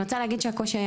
אני רוצה להגיד שהקושי היה